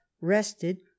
rested